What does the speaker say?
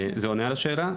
על השאלה?